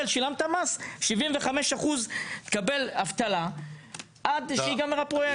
שילמת מס, תקבל 75% אבטלה עד שייגמר הפרויקט.